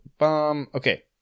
okay